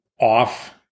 off